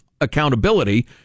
accountability